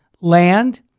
land